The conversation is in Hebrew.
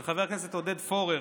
של חבר הכנסת עודד פורר